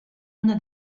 una